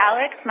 Alex